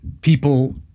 people